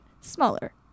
Smaller